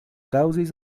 kaŭzis